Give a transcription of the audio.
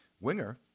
winger